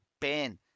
Ben